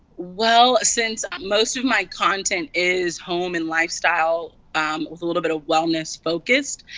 well, since most of my content is home and lifestyle um with a little bit of wellness focused,